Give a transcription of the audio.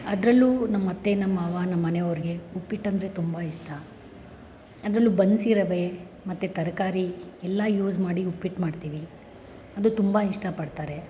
ಅದರಲ್ಲೂ ನಮ್ಮತ್ತೆ ನಮ್ಮ ಮಾವ ನಮ್ಮನೆಯವ್ರಿಗೆ ಉಪ್ಪಿಟ್ಟಂದ್ರೆ ತುಂಬ ಇಷ್ಟ ಅದರಲ್ಲೂ ಬನ್ಸಿ ರವೆ ಮತ್ತೆ ತರಕಾರಿ ಎಲ್ಲ ಯೂಸ್ ಮಾಡಿ ಉಪ್ಪಿಟ್ಟು ಮಾಡ್ತೀವಿ ಅದು ತುಂಬ ಇಷ್ಟಪಡ್ತಾರೆ